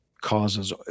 causes